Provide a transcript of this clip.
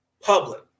public